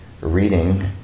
reading